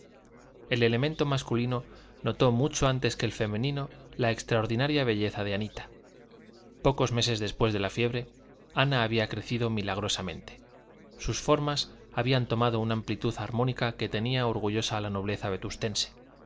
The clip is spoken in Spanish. el elemento masculino notó mucho antes que el femenino la extraordinaria belleza de anita pocos meses después de la fiebre ana había crecido milagrosamente sus formas habían tomado una amplitud armónica que tenía orgullosa a la nobleza vetustense la